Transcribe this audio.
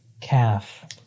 calf